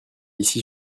ici